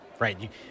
Right